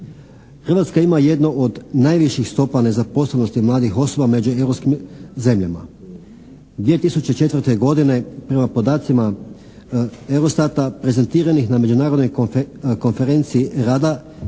Hrvatska ima jednu od najviših stopa nezaposlenosti mladih osoba među europskim zemljama. 2004. godine prema podacima eurostata prezentiranih na međunarodnoj konferenciji rada